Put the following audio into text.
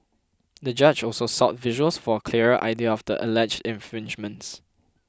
the judge also sought visuals for a clearer idea of the alleged infringements